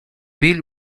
bill